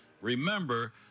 Remember